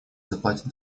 заплатит